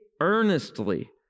earnestly